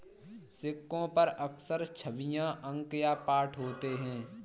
सिक्कों पर अक्सर छवियां अंक या पाठ होते हैं